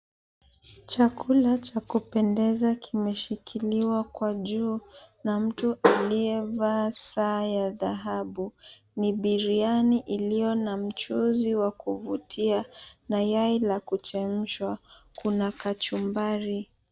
Chakula cha kupendeza kimeshikiliwa kwa juu na mtu aliyevaa saa ya dhahabu. Ni biriani iliyo na mchuzi wa kuvutia na yai la kuchemshwa. Kuna kachumbari.